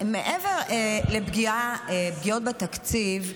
מעבר לפגיעות בתקציב,